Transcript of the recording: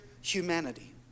humanity